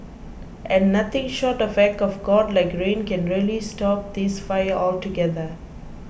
and nothing short of act of God like rain can really stop this fire altogether